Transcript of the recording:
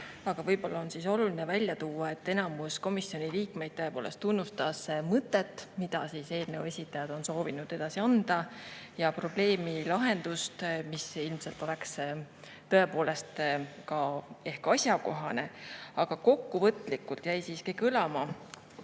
Võib-olla on oluline välja tuua, et enamus komisjoni liikmeid tõepoolest tunnustas mõtet, mida eelnõu esitajad on soovinud edasi anda, ja probleemi lahendust, mis ilmselt oleks tõepoolest ka asjakohane. Kokkuvõtlikult jäi siiski kõlama